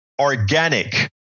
organic